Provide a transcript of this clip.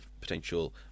potential